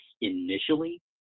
initially